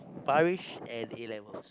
Parish and A-levels